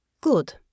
Good